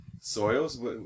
Soils